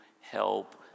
help